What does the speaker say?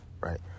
Right